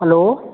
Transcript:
hello